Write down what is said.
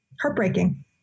Heartbreaking